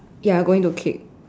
ya going to kick